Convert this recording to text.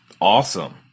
Awesome